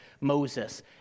Moses